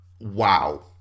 Wow